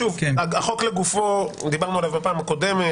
שוב - על החוק לגופו דיברנו בפעם הקודמת.